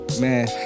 Man